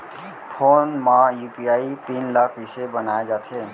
Phone म UPI PIN ल कइसे बनाये जाथे?